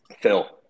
Phil